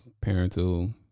parental